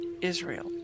Israel